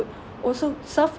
also serve